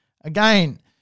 Again